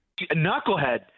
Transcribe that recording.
knucklehead